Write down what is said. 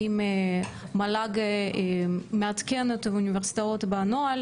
האם מל"ג מעדכן את האוניברסיטאות בנוהל?